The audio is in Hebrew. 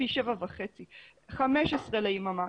פי 7.5. 15 ליממה.